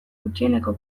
gutxieneko